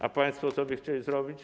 A państwo co by chcieli zrobić?